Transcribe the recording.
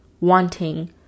wanting